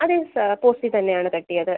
അതെ സാർ പോസ്റ്റി തന്നെ ആണ് തട്ടിയത്